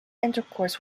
intercourse